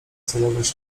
celowość